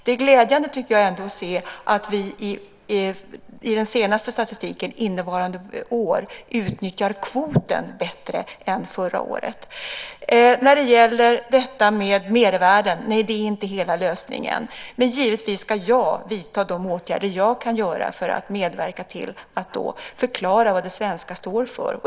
Det är ändå glädjande att se att vi i den senaste statistiken innevarande år utnyttjar kvoten bättre än förra året. När det gäller detta med mervärden: Nej, det är inte hela lösningen, men givetvis ska jag vidta de åtgärder jag kan för att medverka till att förklara vad det svenska står för.